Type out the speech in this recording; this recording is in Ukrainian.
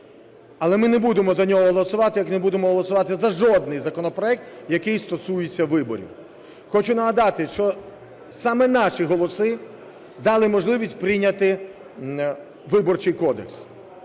але ми не будемо за нього голосувати, як не будемо голосувати за жодний законопроект, який стосується виборів. Хочу нагадати, що саме наші голоси дали можливість прийняти Виборчий кодекс.